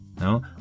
no